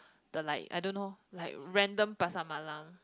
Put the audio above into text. the like I don't know like random pasar malam